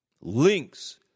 links